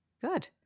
good